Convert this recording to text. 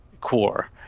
core